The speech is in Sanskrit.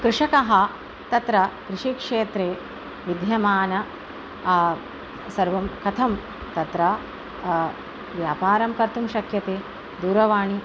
कृषकः तत्र कृषिक्षेत्रे विद्यामानः सर्वं कथं तत्र व्यापारं कर्तुं शक्यते दूरवाणी